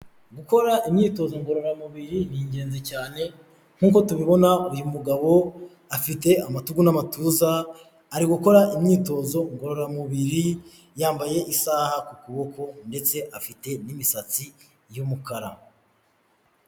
Gukora imyitozoro ngororamubiri ni ingenzi cyane, nkuko tubibona uyu mugabo afite amatuku n'amatuza, ari gukora imyitozo ngororamubiri, yambaye isaha ku kuboko ndetse afite n'imisatsi y'umukara.